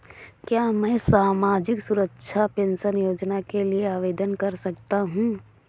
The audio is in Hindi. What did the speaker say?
क्या मैं सामाजिक सुरक्षा पेंशन योजना के लिए आवेदन कर सकता हूँ?